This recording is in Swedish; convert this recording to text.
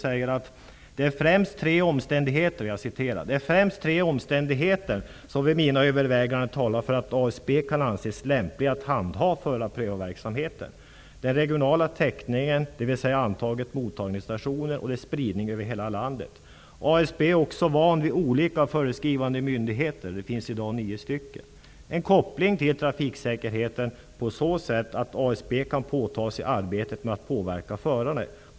Hon säger att det främst är tre omständigheter som talar för att Svensk Bilprovning kan anses lämpligt att handha förarprövarverksamheten: den regionala täckningen, dvs. antalet mottagningsstationer, spridningen över hela landet -- ASB har också vant sig vid olika föreskrivande myndigheter, i dag nio -- och en koppling till trafiksäkerheten på så sätt att Svensk Bilprovning kan påta sig arbetet att påverka förare.